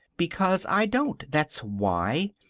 because i don't, that's why.